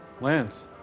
Lance